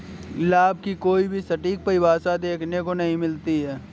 लाभ की कोई भी सटीक परिभाषा देखने को नहीं मिलती है